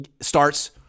starts